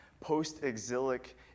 post-exilic